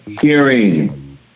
hearing